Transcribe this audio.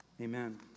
Amen